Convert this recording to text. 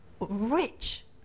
rich